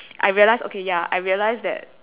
I realised okay ya I realised that